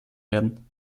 werden